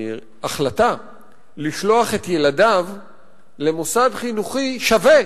ההחלטה לשלוח את ילדיו למוסד חינוכי שווה,